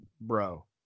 bro